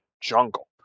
jungle